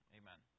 amen